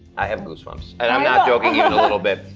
i have goosebumps and i'm not joking even a little bit.